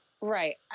Right